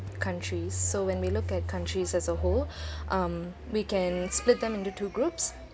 countries so when we look at countries as a whole um we can split them into two groups